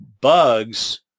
Bugs